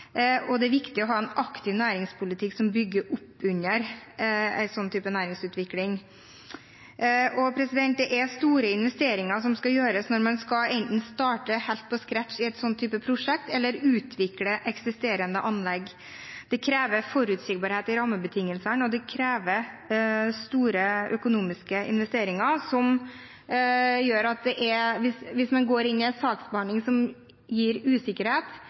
mineralnæringen, er det viktig å ha dialog med næringen, og det er viktig å ha en aktiv næringspolitikk som bygger opp under en sånn type næringsutvikling. Store investeringer skal gjøres når man enten skal starte helt på scratch i en sånn type prosjekt eller utvikle eksisterende anlegg. Dette krever forutsigbarhet i rammebetingelsene og store økonomiske investeringer. Hvis man går inn i en saksbehandling som gir usikkerhet